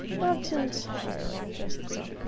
not entirely just so.